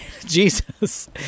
Jesus